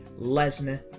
Lesnar